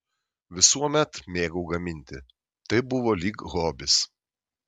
visuomet mėgau gaminti tai buvo lyg hobis